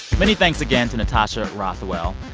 many thanks again to natasha rothwell.